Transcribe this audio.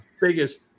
biggest